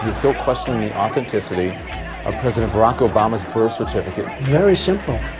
still questioning the authenticity of president barack obama's birth certificate very simple,